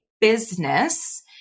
business